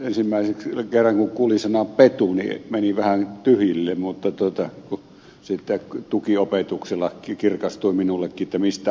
ensimmäisen kerran kun kuulin sanan petu meni vähän tyhjille mutta sitten tukiopetuksella kirkastui minullekin mistä on kysymys